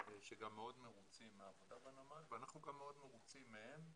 שגם מאוד מרוצים מהעבודה בנמל ואנחנו גם מאוד מרוצים מהם,